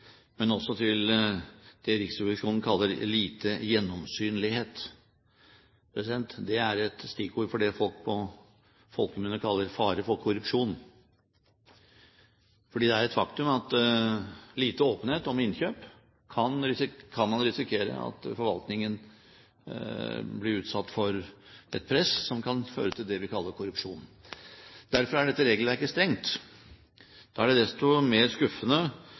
men også til det Riksrevisjonen kaller lite «gjennomsynlighet». Det er et stikkord for det folk på folkemunne kaller «fare for korrupsjon». Det er et faktum at ved lite åpenhet om innkjøp kan man risikere at forvaltningen blir utsatt for et press som kan føre til det vi kaller korrupsjon. Derfor er dette regelverket strengt. Da er det desto mer skuffende